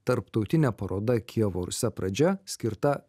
tarptautinė paroda kijevo rusia pradžia skirta